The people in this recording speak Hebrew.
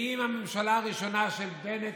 ואם הממשלה הראשונה של בנט,